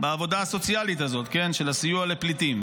ב"עבודה הסוציאלית" הזאת של הסיוע לפליטים,